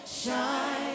Shine